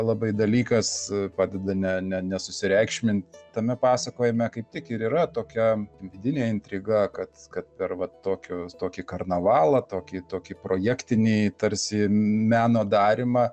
labai dalykas padeda ne ne nesusireikšmint tame pasakojime kaip tik ir yra tokia vidinė intriga kad kad per va tokius tokį karnavalą tokį tokį projektinį tarsi meno darymą